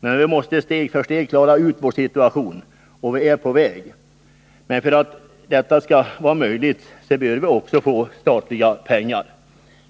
Men vi måste steg för steg klara ut vår situation, och vi är på väg. För att vi skall lyckas måste vi dock få statliga pengar.